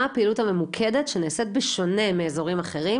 מה הפעילות הממוקדת שנעשית בשונה מאזורים אחרים